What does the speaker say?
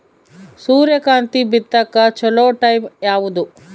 ಸೂರ್ಯಕಾಂತಿ ಬಿತ್ತಕ ಚೋಲೊ ಟೈಂ ಯಾವುದು?